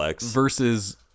versus